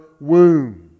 womb